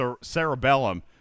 cerebellum